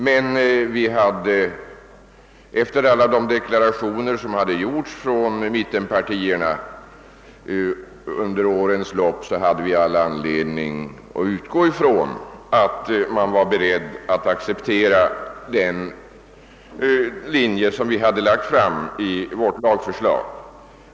Regeringen hade emellertid efter alla de deklarationer, som gjorts från mittenpartierna under årens lopp, all anledning att utgå från att man var beredd att acceptera den linje, som vi angivit i vårt lagförslag.